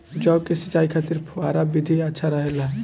जौ के सिंचाई खातिर फव्वारा विधि अच्छा रहेला?